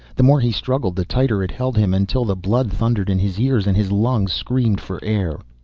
the more he struggled the tighter it held him until the blood thundered in his ears and his lungs screamed for air.